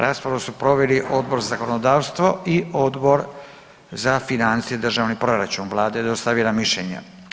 Raspravu su proveli Odbor za zakonodavstvo i Odbor za financije i državni proračun, Vlada je dostavila mišljenje.